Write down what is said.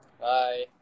Bye